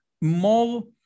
more